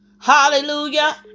Hallelujah